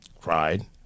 cried